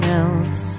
else